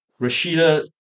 Rashida